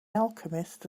alchemist